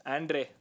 Andre